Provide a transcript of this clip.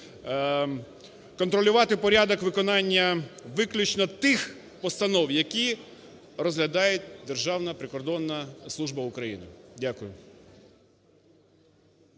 контролювати порядок виконання виключно тих постанов, які розглядає Державна прикордонна служба України. Дякую.